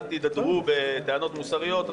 אל תתהדרו בטענות מוסריות,